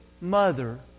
mother